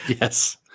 Yes